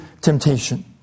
temptation